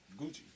Gucci